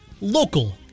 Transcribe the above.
local